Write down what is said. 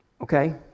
Okay